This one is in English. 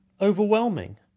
overwhelming